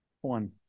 One